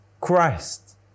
Christ